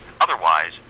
Otherwise